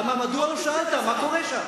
מדוע לא שאלת מה קורה שם?